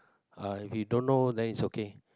uh you don't know then it's okay